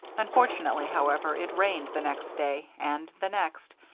unfortunately, however, it rained the next day and the next,